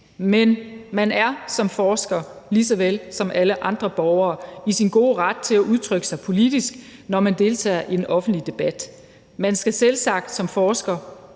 men man er som forsker lige så vel som alle andre borgere i sin gode ret til at udtrykke sig politisk, når man deltager i den offentlige debat. Man skal selvsagt som forsker